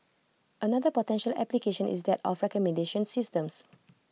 another potential application is that of recommendation systems